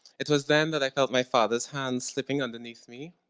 it was then that i felt my father's hand slipping underneath me.